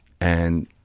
and-